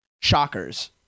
Shockers